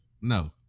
no